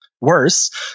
worse